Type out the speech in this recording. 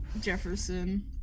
Jefferson